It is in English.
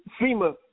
FEMA